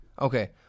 Okay